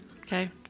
Okay